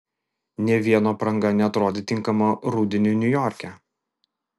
nė vieno apranga neatrodė tinkama rudeniui niujorke